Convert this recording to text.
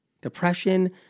Depression